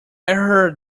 heard